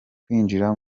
kwinjira